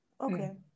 Okay